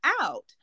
out